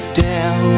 down